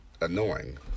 annoying